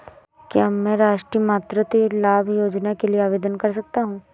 क्या मैं राष्ट्रीय मातृत्व लाभ योजना के लिए आवेदन कर सकता हूँ?